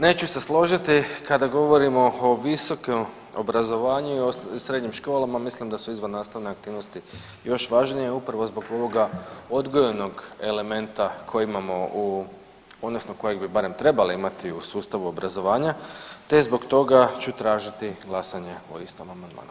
Neću se složiti kada govorimo o visokom obrazovanju i srednjim školama, mislim da su izvannastavne aktivnosti još važnije upravo zbog ovoga odgojnog elementa koji imamo u, odnosno kojeg bi barem trebali imati u sustavu obrazovanja te zbog toga ću tražiti glasanje o istom amandmanu.